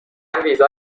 ویزای